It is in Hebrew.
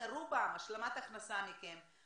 רובם מקבלים השלמת הכנסה מכם,